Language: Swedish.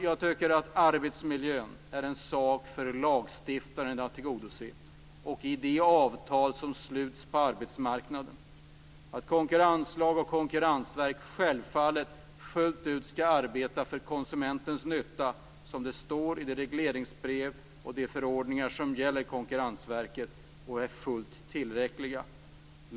Jag tycker att arbetsmiljön är en sak för lagstiftaren att tillgodose - det gäller då också de avtal som sluts på arbetsmarknaden - och att konkurrenslag och konkurrensverk självfallet fullt ut skall arbeta för konsumentens nytta, som det står i det regleringsbrev och i de förordningar som gäller Konkurrensverket och som är fullt tillräckliga.